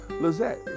Lizette